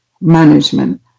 management